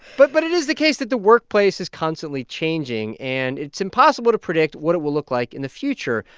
but but it is the case that the workplace is constantly changing, and it's impossible to predict what it will look like in the future.